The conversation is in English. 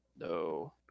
No